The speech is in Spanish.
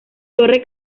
torre